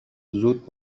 زود